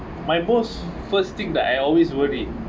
my most first thing that I always worried